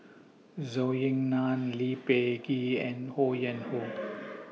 Zhou Ying NAN Lee Peh Gee and Ho Yuen Hoe